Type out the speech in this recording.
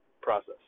process